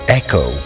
echo